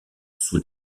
sous